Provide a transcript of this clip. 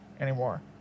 anymore